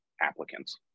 applicants